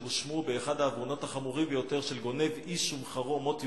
שהואשמו באחד העוונות החמורים ביותר של "גונב איש ומכרו מות יומת",